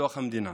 בתוך המדינה